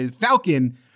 Falcon